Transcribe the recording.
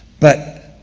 but